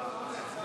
לא, לא, לא הולך.